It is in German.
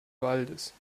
waldes